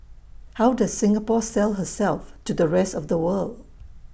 how does Singapore sell herself to the rest of the world